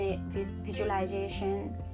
visualization